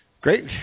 Great